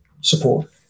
support